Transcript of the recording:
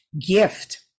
gift